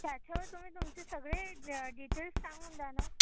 त्याच्यावर तुम्ही तुमची सगळी डिटेल्स सांगून द्या ना